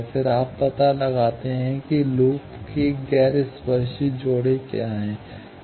फिर आप पता लगाते हैं कि लूप के गैर स्पर्शी जोड़े क्या हैं